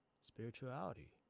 spirituality